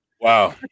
Wow